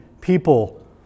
people